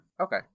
okay